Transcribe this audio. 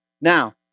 Now